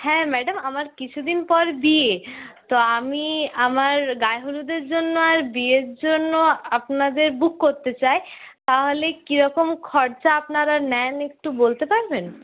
হ্যাঁ ম্যাডাম আমার কিছু দিন পর বিয়ে তো আমি আমার গায়ে হলুদের জন্য আর বিয়ের জন্য আপনাদের বুক করতে চাই তাহলে কি রকম খরচা আপনারা নেন একটু বলতে পারবেন